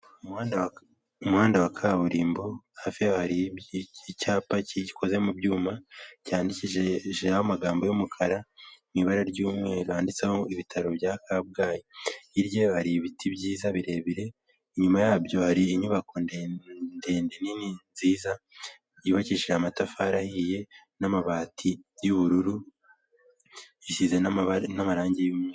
Umuhanda wa kaburimbo hafi hari icyapa kikoze mu byuma cyandikiho amagambo y'umukara mu ibara ry'umweru handitsemo ibitaro bya Kabgayi hirye hari ibiti byiza birebire inyuma yabyo hari inyubako ndende ndende nini nziza yubakishije amatafari ahiye n'amabati y'ubururu isize n'amarangi y'umweru.